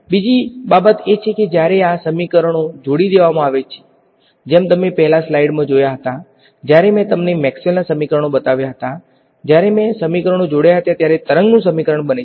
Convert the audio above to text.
બીજી બાબત એ છે કે જ્યારે આ સમીકરણો જોડી દેવામાં આવે છે જેમ તમે પહેલા સ્લાઇડ્સમાં જોયા હતા જ્યારે મેં તમને મેક્સવેલના સમીકરણો બતાવ્યા હતા જ્યારે મેં સમીકરણો જોડ્યા હતા ત્યારે તરંગનું સમીકરણ બને છે